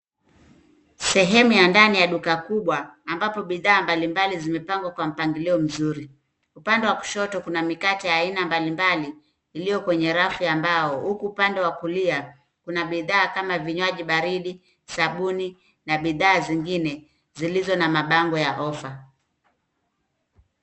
Sehemu ya ndani ya duka kubwa ambapo bidhaa mbalimbali zimepangwa kwa mpangilio mzuri. Upande wa kushoto kuna mikate aina mbalimbali iliyo kwenye rafu ya mbao huku upande wa kulia kuna bidhaa kama vinywaji baridi, sabuni na bidhaa zingine zilizo na mabango ya ofa.